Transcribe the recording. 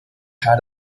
had